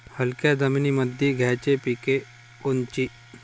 हलक्या जमीनीमंदी घ्यायची पिके कोनची?